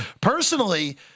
Personally